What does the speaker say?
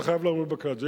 אתה חייב לעמוד בכלל הזה,